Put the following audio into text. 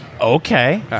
Okay